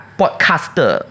podcaster